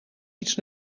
iets